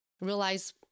Realize